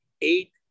eight